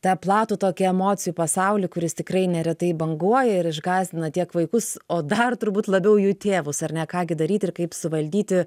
tą platų tokį emocijų pasaulį kuris tikrai neretai banguoja ir išgąsdina tiek vaikus o dar turbūt labiau jų tėvus ar ne ką gi daryti ir kaip suvaldyti